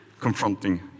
confronting